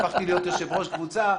הפכתי להיות יושב ראש קבוצה.